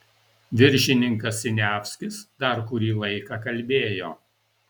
viršininkas siniavskis dar kurį laiką kalbėjo